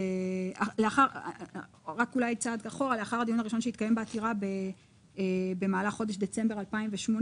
לאחר הדיון הראשון שהתקיים בעתירה במהלך חודש דצמבר 2018,